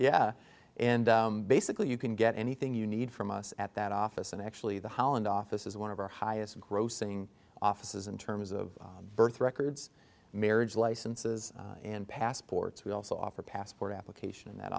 yeah and basically you can get anything you need from us at that office and actually the holland office is one of our highest grossing offices in terms of birth records marriage licenses in passports we also offer passport application in that